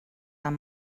amb